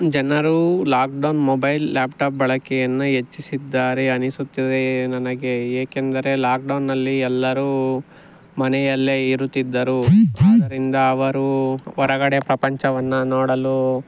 ಜನರು lockdown mobile laptop ಬಳಕೆಯನ್ನು ಹೆಚ್ಚಿಸಿದ್ದಾರೆ ಅನ್ನಿಸುತ್ತಿದೆ ನನಗೆ ಏಕೆಂದರೆ ಲಾಕ್ಡೌನ್ನಲ್ಲಿ ಎಲ್ಲರೂ ಮನೆಯಲ್ಲೇ ಇರುತ್ತಿದ್ದರು ಆದ್ದರಿಂದ ಅವರು ಹೊರಗಡೆ ಪ್ರಪಂಚವನ್ನು ನೋಡಲು